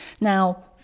Now